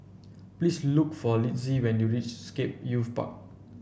please look for Litzy when you reach Scape Youth Park